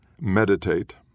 meditate